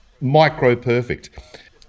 micro-perfect